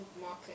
market